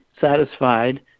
satisfied